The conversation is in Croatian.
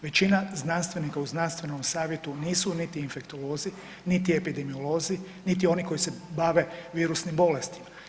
Većina znanstvenika u znanstvenom savjetu nisu niti infektolozi, niti epidemiolozi, niti oni koji se bave virusnim bolestima.